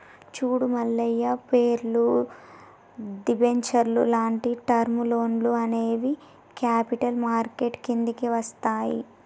చూడు మల్లయ్య పేర్లు, దిబెంచర్లు లాంగ్ టర్మ్ లోన్లు అనేవి క్యాపిటల్ మార్కెట్ కిందికి వస్తాయి